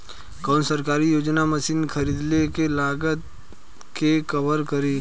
कौन सरकारी योजना मशीन खरीदले के लागत के कवर करीं?